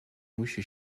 musi